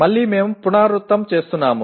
మళ్ళీ మేము పునరావృతం చేస్తున్నాము